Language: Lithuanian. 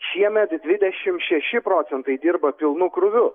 šiemet dvidešimt šeši procentai dirba pilnu krūviu